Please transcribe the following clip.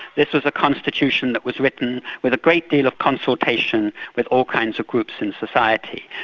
this was a constitution that was written with a great deal of consultation with all kinds of groups in society.